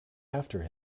after